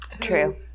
True